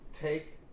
take